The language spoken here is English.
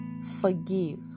Forgive